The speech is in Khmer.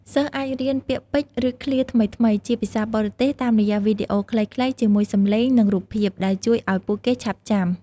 សិស្សអាចរៀន ពាក្យពេចន៍ ឬឃ្លាថ្មីៗ ជាភាសាបរទេសតាមរយៈវីដេអូខ្លីៗ ជាមួយសំឡេង និងរូបភាព ដែលជួយឲ្យពួកគេឆាប់ចាំ។